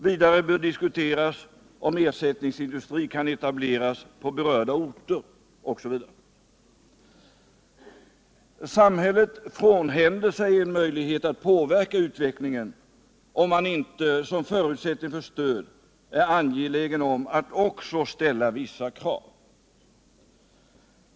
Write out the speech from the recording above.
Vidare bör diskuteras om ersättningsindustri kan etableras på berörda orter osv. Samhället frånhänder sig en möjlighet att påverka utvecklingen om man inte som förutsättning för stöd är angelägen om att också ställa vissa krav.